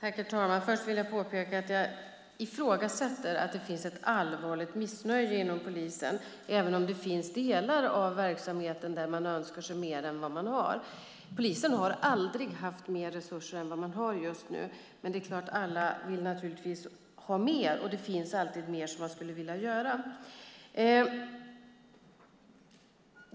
Herr talman! Först vill jag påpeka att jag ifrågasätter att det finns ett allvarligt missnöje inom polisen, även om det finns delar av verksamheten där man önskar sig mer än vad man har. Polisen har aldrig haft mer resurser än vad man har just nu. Men alla vill naturligtvis ha mer, och det finns alltid mer som man skulle vilja göra.